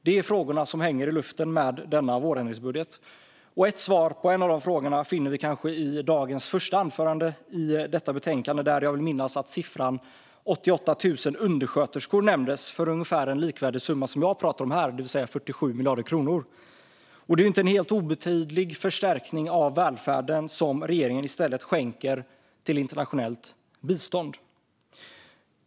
Det är frågorna som hänger i luften med denna vårändringsbudget. Ett svar på en av frågorna finner vi kanske i dagens första anförande i denna debatt, där jag vill minnas att siffran 88 000 undersköterskor nämndes för en ungefär likvärdig summa som jag pratar om här, det vill säga 47 miljarder kronor. Det är en inte helt obetydlig förstärkning av välfärden som regeringen i stället skänker till internationellt bistånd.